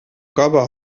cova